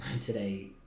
today